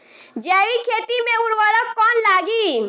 जैविक खेती मे उर्वरक कौन लागी?